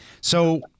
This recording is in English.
So-